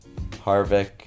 Harvick